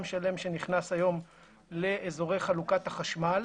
שלם שנכנס היום לאזורי חלוקת החשמל.